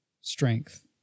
strength